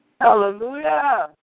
Hallelujah